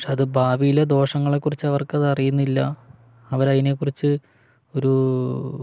പക്ഷെ അത് ഭാവിയിലെ ദോഷങ്ങളെക്കുറിച്ച് അവർക്കത് അറിയുന്നില്ല അവര് അതിനെക്കുറിച്ച് ഒരു